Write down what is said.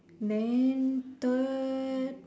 then third